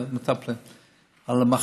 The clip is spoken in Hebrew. לא יודע.